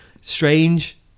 Strange